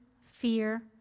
fear